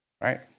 right